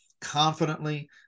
confidently